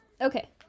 Okay